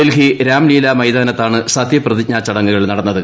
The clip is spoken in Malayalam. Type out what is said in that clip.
ഡൽഹി രാംലീല മൈതാനത്താണ് സത്യപ്രതിജ്ഞാ ചടങ്ങുകൾ നടന്നത്